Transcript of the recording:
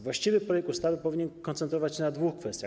Właściwy projekt ustawy powinien koncentrować się na dwóch kwestiach.